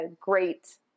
great